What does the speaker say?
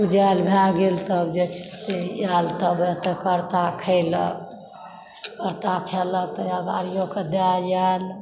पुजाएल भऽ गेल तब जे छै से तब आएल तऽ कर्ता खयलक कर्ता खयलक तऽ अगाड़ियोके दय आयल